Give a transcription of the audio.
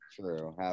true